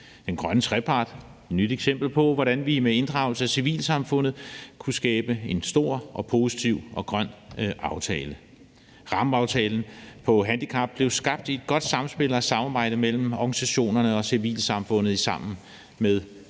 Den grønne trepart er et nyt eksempel på, hvordan vi med inddragelse af civilsamfundet kunne skabe en stor og positiv og grøn aftale. Rammeaftalen på handicapområdet, Sammen om handicap, blev skabt i et godt samspil og i samarbejde mellem organisationerne og civilsamfundet.